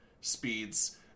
speeds